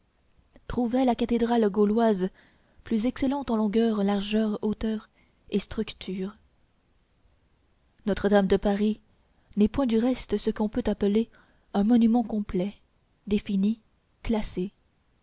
trouvait la cathédrale gauloise plus excellente en longueur largeur hauteur et structure notre-dame de paris n'est point du reste ce qu'on peut appeler un monument complet défini classé